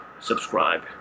Subscribe